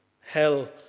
Hell